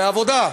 מהעבודה,